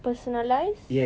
personalise